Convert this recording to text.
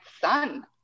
son